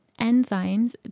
enzymes